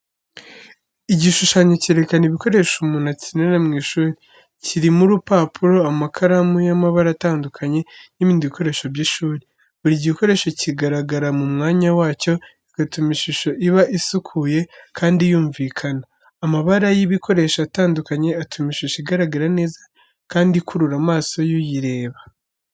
Igishushanyo cyerekana ibikoresho umuntu akenera mu ishuri, kirimo urupapuro, amakaramu y'amabara atandukanye n'ibindi bikoresho by'ishuri. Buri gikoresho kigaragara mu mwanya wacyo, bigatuma ishusho iba isukuye kandi yumvikana. Amabara y'ibikoresho atandukanye atuma ishusho igaragara neza kandi ikurura amaso yuyireba.